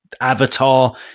Avatar